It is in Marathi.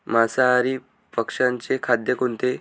मांसाहारी पक्ष्याचे खाद्य कोणते?